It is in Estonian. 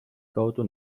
kaudu